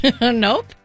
Nope